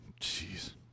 Jeez